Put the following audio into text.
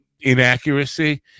inaccuracy